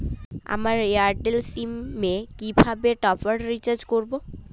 আমার Airtel sim এ কিভাবে টপ আপ রিচার্জ করবো?